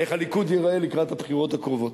איך הליכוד ייראה לקראת הבחירות הקרובות.